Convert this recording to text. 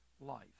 life